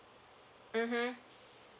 mmhmm